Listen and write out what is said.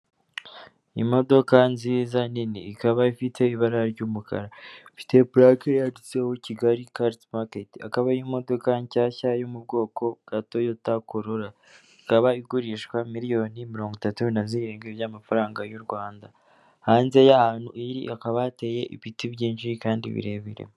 Imodoka nziza nini ikaba ifite ibara ry'umukara. Ifite purake yanditseho kigali karesi maketi. Akaba ari imodoka nshyashya yo mu bwoko bwa Toyota korora. ikaba igurishwa miliyoni mirongo itatu na zirindwi y'amafaranga y'u Rwanda. hanze y'ahantu iri akaba hateye ibiti byinshi kandi birebire.